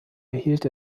erhielt